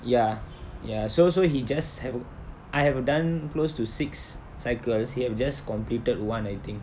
ya ya so so he just hav~ I have done close to six cycles he have just completed one I think